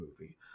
movie